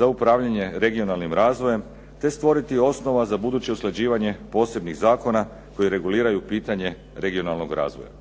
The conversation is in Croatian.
za upravljanjem regionalnim razvojem, te stvoriti osnova za buduće usklađivanje posebnih zakona koji reguliraju pitanje regionalnih razvoja.